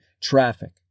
traffic